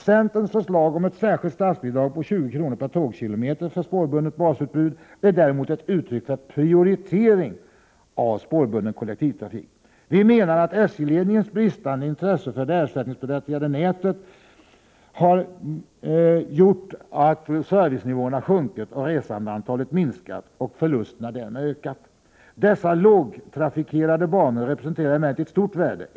Centerns förslag om ett särskilt statsbidrag på 20 kr. per tågkilometer för spårbundet basutbud är däremot ett uttryck för prioritering av spårbunden kollektivtrafik. Vi menar att SJ-ledningens bristande intresse för det ersättningsberättigade nätet har lett till att servicenivån har sjunkit, att resandeantalet minskat och att förlusterna ökat. Dessa lågtrafikerade banor representerar emellertid ett stort värde.